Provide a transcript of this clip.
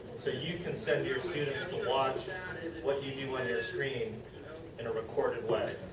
so, you can send your students to watch what you do on your screen in a recorded way.